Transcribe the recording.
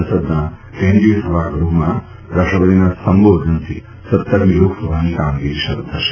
સંસદના કેન્દ્રીય સભાગારમાં રાષ્ટ્રપતિના સંબોધનથી સત્તરમી લોકસભાની કામગીરી શરૂ થશે